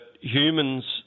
humans